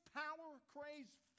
power-crazed